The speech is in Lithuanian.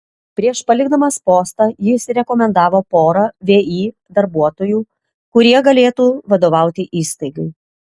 prieš palikdamas postą jis rekomendavo porą vį darbuotojų kurie galėtų vadovauti įstaigai